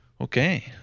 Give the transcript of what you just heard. Okay